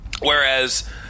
Whereas